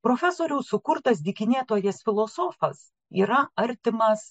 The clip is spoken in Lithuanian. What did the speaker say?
profesoriaus sukurtas dykinėtojas filosofas yra artimas